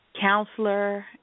counselor